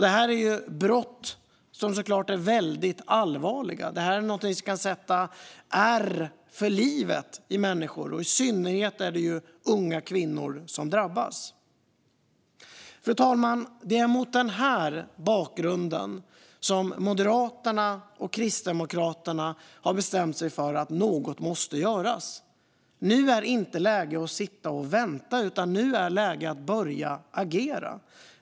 Det är brott som är väldigt allvarliga. Det är någonting som kan ge ärr för livet i människor, och i synnerhet är det unga kvinnor som drabbas. Fru talman! Det är mot den bakgrunden som Moderaterna och Kristdemokraterna har bestämt sig för att något måste göras. Nu är inte läge att sitta och vänta, utan nu är läge att börja agera.